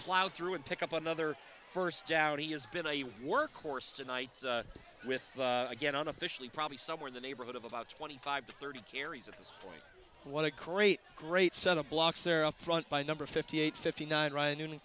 plow through and pick up another first down he has been a workhorse tonight with again on officially probably somewhere in the neighborhood of about twenty five thirty carries at this point what a crate great set of blocks there up front by number fifty eight fifty nine ryan newman